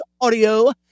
audio